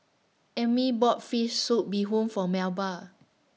Ami bought Fish Soup Bee Hoon For Melba